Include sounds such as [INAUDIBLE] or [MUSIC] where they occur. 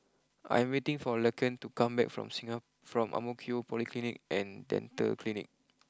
I am waiting for Laken to come back from [UNINTELLIGIBLE] from Ang Mo Kio Polyclinic and Dental Clinic